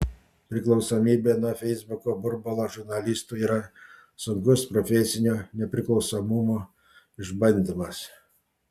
priklausomybė nuo feisbuko burbulo žurnalistui yra sunkus profesinio nepriklausomumo išbandymas